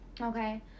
okay